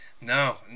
No